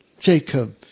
Jacob